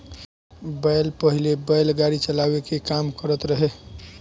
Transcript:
बैल पहिले बैलगाड़ी चलावे के काम करत रहे